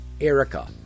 Erica